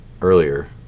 earlier